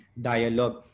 dialogue